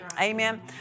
Amen